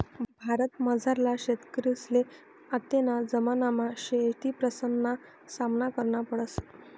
भारतमझारला शेतकरीसले आत्तेना जमानामा शेतीप्रश्नसना सामना करना पडस